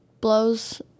blows